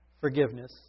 forgiveness